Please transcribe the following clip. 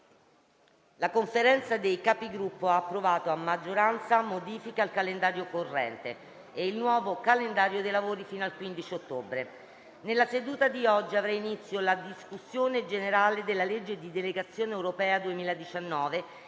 La Conferenza dei Capigruppo ha approvato a maggioranza modifiche al calendario corrente e il nuovo calendario dei lavori fino al 15 ottobre. Nella seduta di oggi avrà inizio la discussione generale della legge di delegazione europea 2019 e